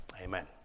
Amen